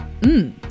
Mmm